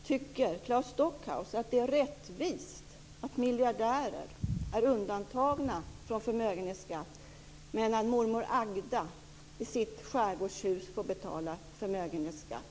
Tycker Claes Stockhaus att det är rättvist att miljardärer är undantagna från förmögenhetsskatt, medan mormor Agda i sitt skärgårdshus får betala förmögenhetsskatt?